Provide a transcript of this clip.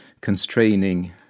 constraining